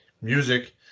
music